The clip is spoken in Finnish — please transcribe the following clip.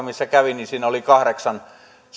missä kävin oli kahdeksan